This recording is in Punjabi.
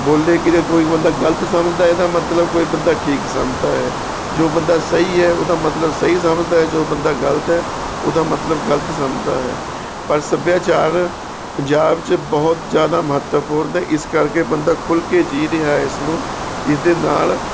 ਬੋਲੇਗੀ 'ਤੇ ਕੋਈ ਬੰਦਾ ਗਲਤ ਸਮਝਦਾ ਇਹਦਾ ਮਤਲਬ ਕੋਈ ਬੰਦਾ ਠੀਕ ਸਮਝਦਾ ਹੈ ਜੋ ਬੰਦਾ ਸਹੀ ਹੈ ਉਹਦਾ ਮਤਲਬ ਸਹੀ ਸਮਝਦਾ ਜੋ ਬੰਦਾ ਗਲਤ ਹੈ ਉਹਦਾ ਮਤਲਬ ਗਲਤ ਸਮਝਦਾ ਹੈ ਪਰ ਸੱਭਿਆਚਾਰ ਪੰਜਾਬ ਚ ਬਹੁਤ ਜਿਆਦਾ ਮਹੱਤਵਪੂਰਨ ਇਸ ਕਰਕੇ ਬੰਦਾ ਖੁੱਲ੍ਹ ਕੇ ਜੀਅ ਰਿਹਾ ਇਸ ਨੂੰ ਇਸ ਦੇ ਨਾਲ